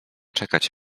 czekać